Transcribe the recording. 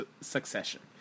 succession